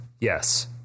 Yes